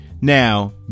Now